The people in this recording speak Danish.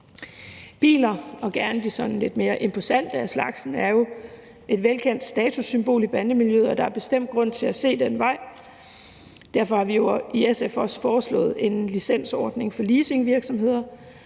Biler og gerne de sådan lidt mere imposante af slagsen er jo et velkendt statussymbol i bandemiljøet, og der er bestemt grund til at se den vej. Derfor har vi jo i SF også foreslået en licensordning for leasingvirksomheder,